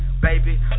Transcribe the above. baby